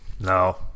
No